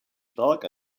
stark